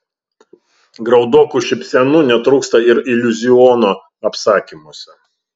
graudokų šypsenų netrūksta ir iliuziono apsakymuose